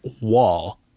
wall